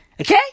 okay